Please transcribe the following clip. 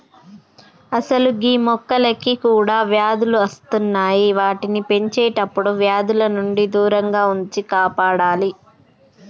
అసలు గీ మొక్కలకి కూడా వ్యాధులు అస్తున్నాయి వాటిని పెంచేటప్పుడు వ్యాధుల నుండి దూరంగా ఉంచి కాపాడాలి